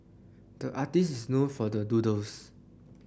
the artist is known for the doodles